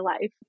life